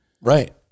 Right